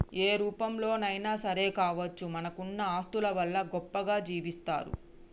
ఏ రూపంలోనైనా సరే కావచ్చు మనకున్న ఆస్తుల వల్ల గొప్పగా జీవిస్తరు